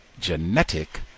genetic